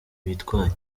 bitwaye